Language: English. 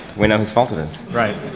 we know who's fault it is.